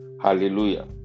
hallelujah